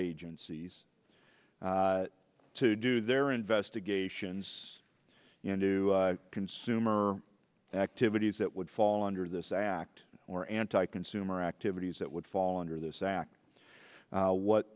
agencies to do their investigations and do consumer activities that would fall under this act or anti consumer activities that would fall under this act what